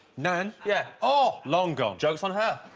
nan yeah, oh long gone. jokes on her